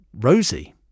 rosy